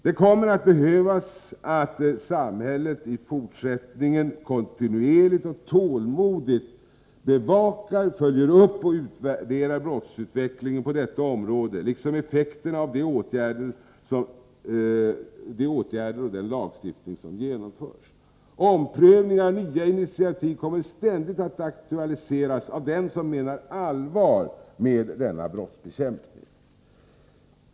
Det kommer att krävas att samhället i fortsättningen kontinuerligt och tålmodigt bevakar, följer upp och utvärderar brottsutvecklingen på detta område liksom effekterna av de åtgärder och den lagstiftning som genomförs. Omprövningar och nya initiativ kommer ständigt att aktualiseras av dem som menar allvar med denna brottsbekämpning.